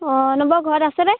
অঁ নবৌ ঘৰত আছেনে